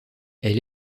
elle